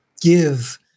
give